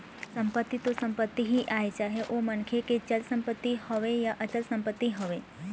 संपत्ति तो संपत्ति ही आय चाहे ओ मनखे के चल संपत्ति होवय या अचल संपत्ति होवय